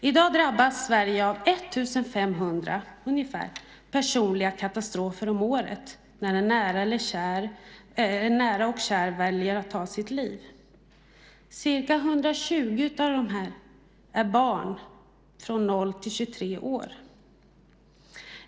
Sverige drabbas av ungefär 1 500 personliga katastrofer om året när en nära och kär väljer att ta sitt liv. Ca 120 av dem är barn från 0 till 23 år.